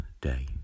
day